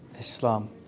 Islam